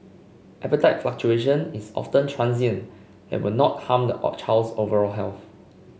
appetite fluctuation is often transient and will not harm a child's overall health